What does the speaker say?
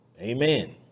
Amen